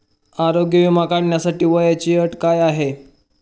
आरोग्य विमा काढण्यासाठी वयाची अट काय आहे?